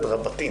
רבתי,